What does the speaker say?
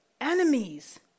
enemies